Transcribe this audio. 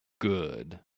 good